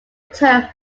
term